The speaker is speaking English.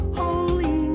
holy